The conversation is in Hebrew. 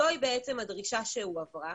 זוהי הדרישה שהועברה